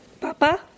Papa